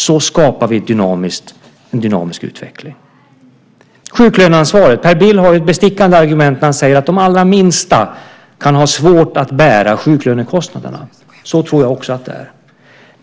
Så skapar vi en dynamisk utveckling. När det gäller sjuklöneansvaret har Per Bill ett bestickande argument när han säger att de allra minsta företagen kan ha svårt att bära sjuklönekostnaderna. Så tror jag också att det är.